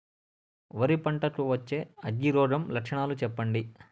వరి పంట కు వచ్చే అగ్గి రోగం లక్షణాలు చెప్పండి?